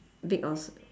big or s~